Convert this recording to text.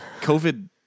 covid